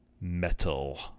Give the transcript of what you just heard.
metal